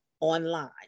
online